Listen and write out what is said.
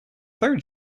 third